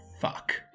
Fuck